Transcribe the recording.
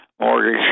mortgage